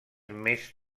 més